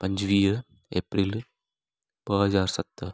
पंजवीह एप्रैल ॿ हज़ार सत